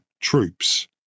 troops